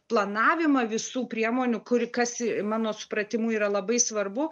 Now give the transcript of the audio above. planavimą visų priemonių kur kas mano supratimu yra labai svarbu